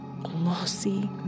glossy